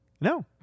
No